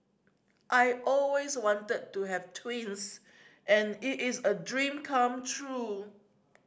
I always wanted to have twins and it is a dream come true